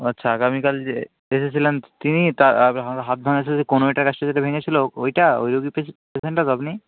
ও আচ্ছা আগামীকাল যে এসেছিলেন তিনি হাত ভাঙা ছিল যে কনুইটার কাছটাতে যেটা ভেঙেছিল ওইটা ওই পেশেন্টটা তো আপনি